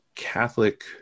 Catholic